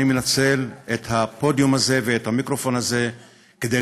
אני מנצל את הפודיום הזה ואת המיקרופון הזה כדי